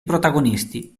protagonisti